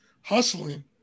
hustling